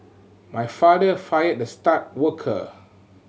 my father fired the star worker